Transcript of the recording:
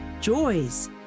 joys